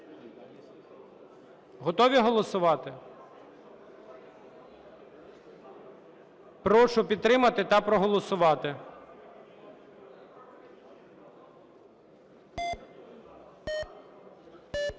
Готові голосувати? Прошу підтримати та проголосувати.